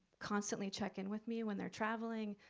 constantly check in with me when they're traveling,